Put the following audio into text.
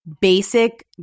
basic